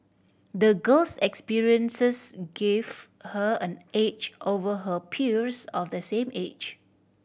the girl's experiences gave her an edge over her peers of the same age